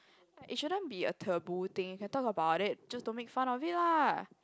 like it shouldn't be a taboo thing can talk about it just don't make fun of it lah